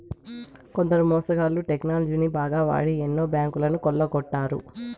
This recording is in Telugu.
కొందరు మోసగాళ్ళు టెక్నాలజీని బాగా వాడి ఎన్నో బ్యాంకులను కొల్లగొట్టారు